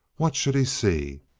what should he see?